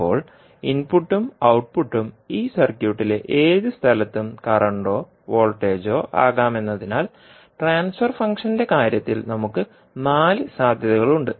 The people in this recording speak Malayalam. ഇപ്പോൾ ഇൻപുട്ടും ഔട്ട്പുട്ടും ഈ സർക്യൂട്ടിലെ ഏത് സ്ഥലത്തും കറന്റോ വോൾട്ടേജോ ആകാമെന്നതിനാൽ ട്രാൻസ്ഫർ ഫംഗ്ഷന്റെ കാര്യത്തിൽ നമുക്ക് നാല് സാധ്യതകളുണ്ട്